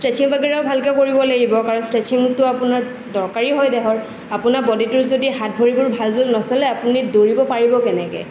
stretching বাগেৰাও ভালকৈ কৰিব লাগিব ষ্ট্ৰেছিংটো আপোনাৰ দৰকাৰী হয় দেহৰ আপোনাৰ বডিটোৰ যদি হাত ভৰিবোৰ যদি ভালকৈ নচলে আপুনি দৌৰিব পাৰিব কেনেকৈ